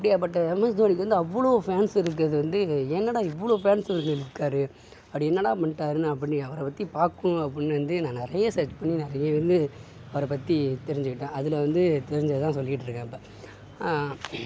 அப்படியாப்பட்ட M S தோனிக்கு வந்து அவ்வளோ ஃபேன்ஸ் இருக்கிறது வந்து என்னடா இவ்வளோ ஃபேன்ஸ் இவருக்கு இருக்கார் அப்படி என்னடா பண்ணிட்டாரு அப்படினு அவரை பற்றி பார்க்கணும் அப்படினு வந்து நான் நிறைய சர்ச் பண்ணி நிறைய வந்து அவரை பற்றி தெரிஞ்சுகிட்டேன் அதில் வந்து தெரிஞ்சதை தான் சொல்லிட்டிருக்கேன் இப்போ